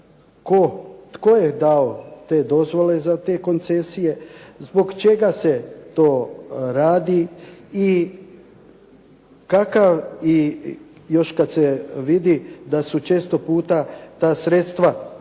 tko je dao te dozvole za te koncesije? Zbog čega se to radi i kakav i još kad se vidi da su često puta ta sredstva